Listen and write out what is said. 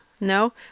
No